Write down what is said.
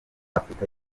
afurika